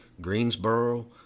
Greensboro –